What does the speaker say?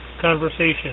conversation